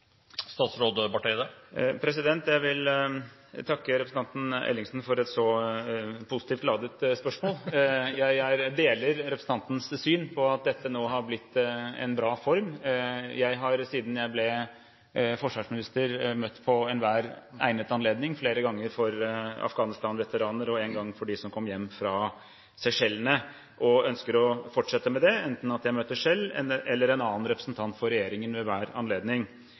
Jeg vil takke representanten Ellingsen for et så positivt ladet spørsmål. Jeg deler representantens syn på at dette nå har blitt en bra form. Jeg har, siden jeg ble forsvarsminister, møtt ved enhver egnet anledning, flere ganger for Afghanistan-veteraner og en gang for dem som kom hjem fra Seychellene, og ønsker å fortsette med det, enten at jeg selv eller en annen representant for regjeringen møter ved enhver anledning.